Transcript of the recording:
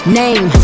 name